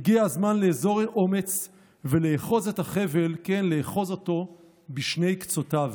הגיע הזמן לאזור אומץ ולאחוז את החבל בשני קצותיו.